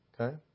Okay